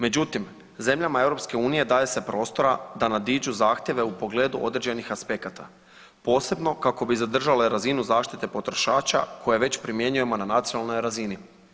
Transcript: Međutim, zemljama EU daje se prostora da nadiđu zahtjeve u pogledu određenih aspekata posebno kako bi zadržale razinu zaštite potrošača koju već primjenjujemo na nacionalnoj razini.